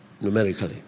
numerically